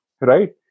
Right